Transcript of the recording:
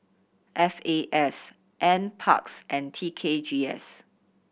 F A S N Parks and T K G S